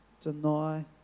deny